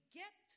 get